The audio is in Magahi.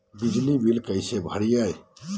बिजली बिल कैसे भरिए?